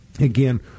again